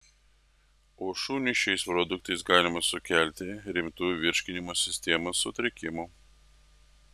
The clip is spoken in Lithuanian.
o šuniui šiais produktais galima sukelti rimtų virškinimo sistemos sutrikimų